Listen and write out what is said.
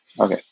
Okay